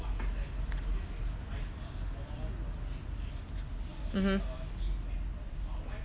mmhmm